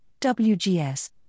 WGS